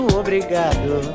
obrigado